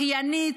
אחיינית,